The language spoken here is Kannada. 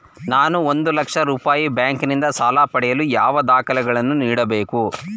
ನಾನು ಒಂದು ಲಕ್ಷ ರೂಪಾಯಿ ಬ್ಯಾಂಕಿನಿಂದ ಸಾಲ ಪಡೆಯಲು ಯಾವ ದಾಖಲೆಗಳನ್ನು ನೀಡಬೇಕು?